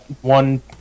one